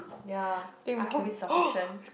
ya I hope is sufficient